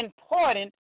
important